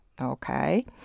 okay